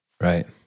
Right